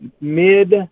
mid